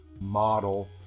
model